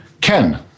Ken